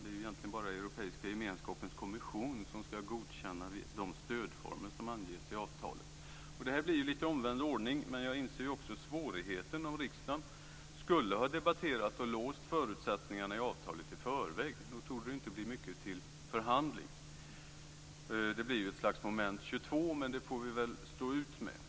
Det är egentligen bara den europeiska gemenskapens kommission som ska godkänna de stödformer som anges i avtalet. Det här blir en något omvänd ordning, men jag inser också svårigheten om riksdagen skulle ha debatterat och låst förutsättningarna i avtalet i förväg. Då torde det inte bli mycket till förhandling. Det blir ett slags moment 22, men det får vi väl stå ut med.